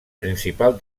principal